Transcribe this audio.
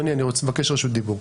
אדוני, אני מבקש רשות דיבור.